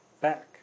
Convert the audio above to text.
back